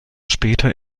später